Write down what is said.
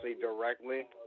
directly